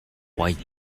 white